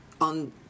on